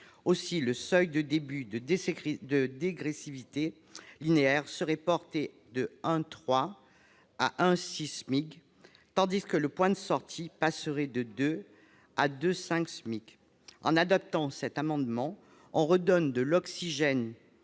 Ainsi, le seuil de début de dégressivité linéaire serait porté de 1,3 à 1,6 SMIC, tandis que le point de sortie passerait de 2 à 2,5 SMIC. En adoptant cet amendement, nous redonnerions de l'oxygène